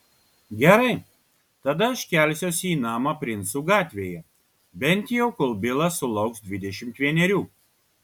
gerai tada aš kelsiuosi į namą princų gatvėje bent jau kol bilas sulauks dvidešimt vienerių